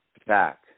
attack